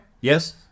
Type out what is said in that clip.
yes